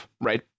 right